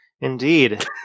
Indeed